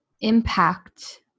impact